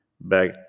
back